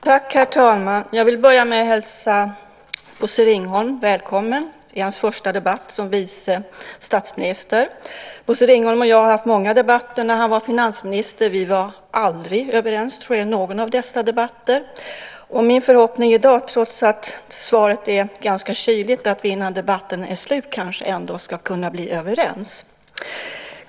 Herr talman! Jag vill börja med att hälsa Bosse Ringholm välkommen i hans första debatt som vice statsminister. Bosse Ringholm och jag har haft många debatter när han var finansminister. Vi var aldrig överens i någon av dessa debatter, tror jag. Min förhoppning i dag, trots att svaret är ganska kyligt, är att vi innan debatten är slut kanske ändå ska kunna bli överens.